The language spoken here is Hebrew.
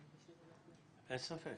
אין ספק.